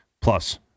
plus